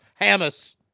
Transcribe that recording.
Hamas